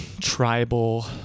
Tribal